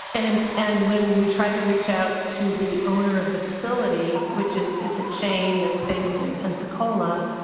and and when we tried to reach out to the owner of the facility, which is it's a chain that's based in pensacola,